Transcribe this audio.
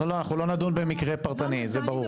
לא, לא, אנחנו לא נדון במקרה פרטני, זה ברור.